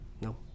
No